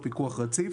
רציף.